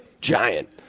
giant